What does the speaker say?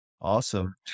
Awesome